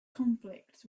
conflicts